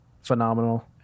phenomenal